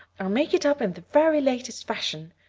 i'll make it up in the very latest fashion,